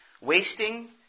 wasting